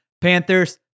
Panthers